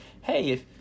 Hey